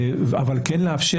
אבל כן לאפשר.